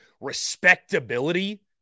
respectability